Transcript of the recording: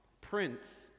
Prince